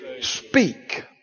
speak